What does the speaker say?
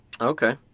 Okay